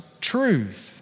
truth